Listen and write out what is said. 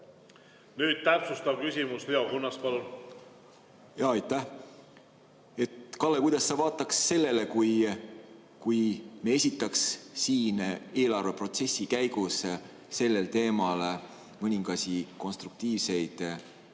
Nüüd täpsustav küsimus. Leo Kunnas, palun! Aitäh! Kalle, kuidas sa vaataks sellele, kui me esitaks siin eelarveprotsessi käigus sellel teemal mõningasi konstruktiivseid